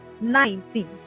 nineteen